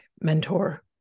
mentor